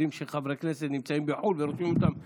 יודעים שחברי כנסת נמצאים בחו"ל ורושמים אותם לדיבור.